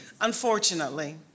Unfortunately